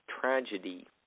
Tragedy